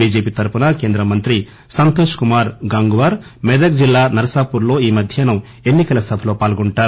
BJP తరపున కేంద్ర మంత్రి సంతోష్ కుమార్ గంగ్వార్ మెదక్ జిల్లా నర్సాపూర్ లో ఈ మధ్యాహ్నం ఎన్నికల సభలో పాల్గొంటారు